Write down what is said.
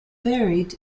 varied